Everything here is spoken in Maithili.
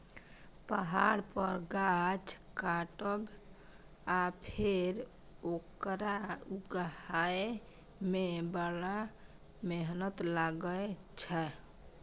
पहाड़ पर गाछ काटब आ फेर ओकरा उगहय मे बड़ मेहनत लागय छै